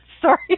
Sorry